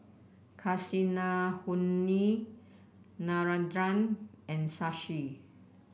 Kasinadhuni Narendra and Shashi